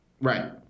Right